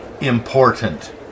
important